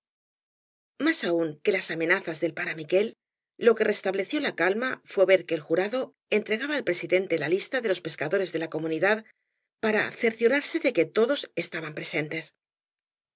más aún que las amenazas del pare miquél lo que restableció la calma fué ver que el jurado entregaba al presidente la lista de los pescadores de la comunidad para cerciorarse de que todos estaban presentes